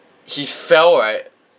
he fell right